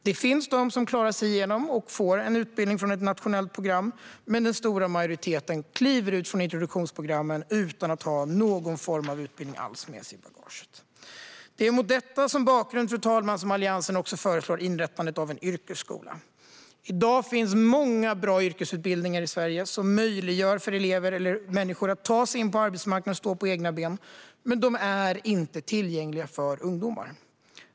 Det finns de som klarar sig igenom och får en utbildning från ett nationellt program, men den stora majoriteten kliver ut från introduktionsprogrammen utan att ha någon form av utbildning med sig i bagaget. Det är mot denna bakgrund, fru talman, som Alliansen föreslår inrättandet av en yrkesskola. I dag finns många bra yrkesutbildningar i Sverige som möjliggör för människor att ta sig in på arbetsmarknaden och stå på egna ben, men de är inte tillgängliga för ungdomar.